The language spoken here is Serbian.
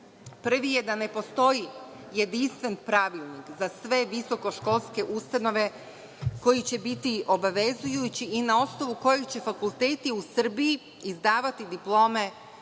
Prvi je da ne postoji jedinstven pravilnik za sve visoko školske ustanove koji će biti obavezujući i na osnovu kojeg će fakulteti u Srbiji izdavati diplome